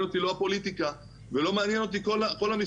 אותי הפוליטיקה ולא מעניין אותי כל המסביב,